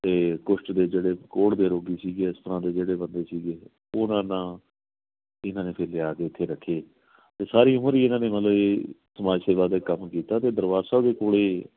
ਅਤੇ ਕੁਛ ਦੇ ਜਿਹੜੇ ਕੋਹੜ ਦੇ ਰੋਗੀ ਸੀਗੇ ਇਸ ਤਰ੍ਹਾਂ ਦੇ ਜਿਹੜੇ ਬੰਦੇ ਸੀਗੇ ਉਹਨਾਂ ਨੂੰ ਇਹਨਾਂ ਨੇ ਫਿਰ ਲਿਆ ਕੇ ਇੱਥੇ ਰੱਖੇ ਅਤੇ ਸਾਰੀ ਉਮਰ ਹੀ ਇਹਨਾਂ ਨੇ ਮਤਲਬ ਕਿ ਸਮਾਜ ਸੇਵਾ ਦਾ ਕੰਮ ਕੀਤਾ ਅਤੇ ਦਰਬਾਰ ਸਾਹਿਬ ਦੇ ਕੋਲ